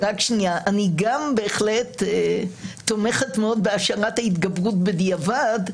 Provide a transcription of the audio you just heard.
בהחלט אני תומכת מאוד בהשארת ההתגברות בדיעבד.